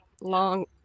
long